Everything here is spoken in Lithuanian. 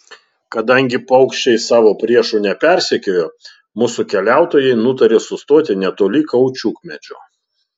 kadangi paukščiai savo priešų nepersekiojo mūsų keliautojai nutarė sustoti netoli kaučiukmedžio